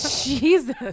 jesus